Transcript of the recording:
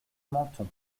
menthon